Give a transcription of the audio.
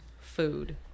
food